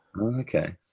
Okay